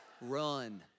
Run